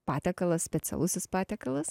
patiekalas specialusis patiekalas